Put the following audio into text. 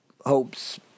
hopes